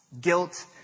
Guilt